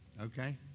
Okay